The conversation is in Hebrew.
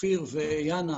אופיר ויאנה,